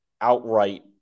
outright